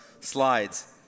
slides